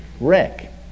wreck